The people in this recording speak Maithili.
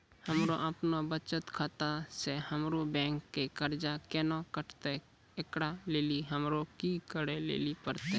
हमरा आपनौ बचत खाता से हमरौ बैंक के कर्जा केना कटतै ऐकरा लेली हमरा कि करै लेली परतै?